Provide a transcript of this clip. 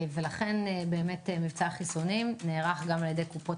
לכן מבצע החיסונים נערך גם על ידי קופות